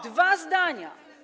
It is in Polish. Dwa zdania.